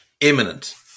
imminent